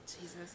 Jesus